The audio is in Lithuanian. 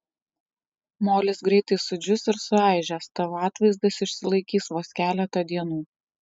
molis greitai sudžius ir suaižęs tavo atvaizdas išsilaikys vos keletą dienų